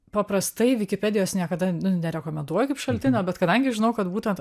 paprastai vikipedijos niekada nu nerekomenduoju kaip šaltinio bet kadangi žinau kad būtent